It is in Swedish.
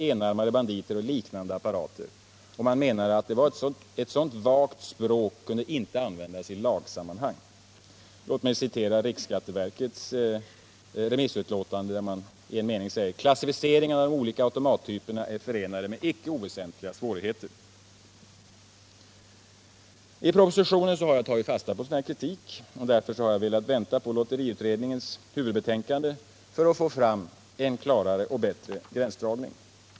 enarmade banditer och liknande apparater” och menade att så vagt språk ej kunde användas i lagsammanhang. Låt mig citera riksskatteverkets remissutlåtande, där man i en mening säger: ”Klassificeringen av de olika automattyperna är förenad med inte oväsentliga svårigheter ——=-.” I propositionen har jag tagit fasta på sådan kritik och därför velat vänta på lotteriutredningens huvudbetänkande för att få en klarare och bättre gränsdragning.